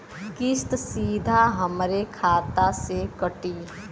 किस्त सीधा हमरे खाता से कटी?